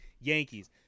Yankees